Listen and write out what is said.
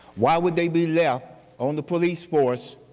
why would they be left on the police force